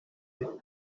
yahoze